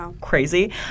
crazy